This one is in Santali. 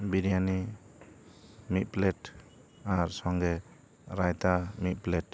ᱵᱤᱨᱭᱟᱱᱤ ᱢᱤᱫ ᱯᱮᱞᱮᱴ ᱟᱨ ᱥᱚᱝᱜᱮ ᱨᱟᱭᱛᱟ ᱢᱤᱫ ᱯᱮᱞᱮᱴ